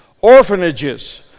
orphanages